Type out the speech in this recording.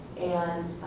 and